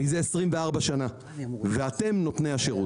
מזה 24 שנה ואתם נותני השירות.